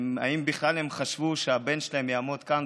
האם בכלל הם חשבו שהבן שלהם יעמוד כאן,